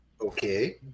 Okay